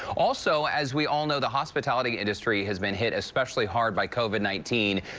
also as we all know, the hospitality industry has been hit especially hard by covid nineteen.